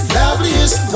loveliest